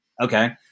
Okay